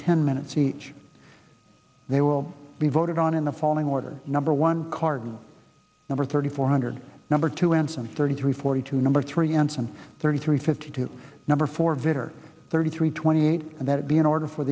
ten minutes each they will be voted on in the following order number one carton number thirty four hundred number two ensign thirty three forty two number three ensign thirty three fifty two number for vitter thirty three twenty eight that be in order for